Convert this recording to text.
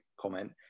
comment